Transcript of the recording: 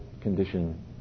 condition